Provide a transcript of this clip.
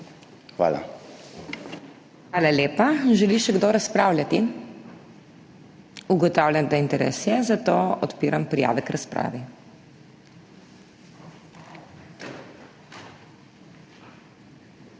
HOT: Hvala lepa. Želi še kdo razpravljati? Ugotavljam, da interes je, zato odpiram prijave k razpravi.